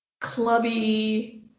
clubby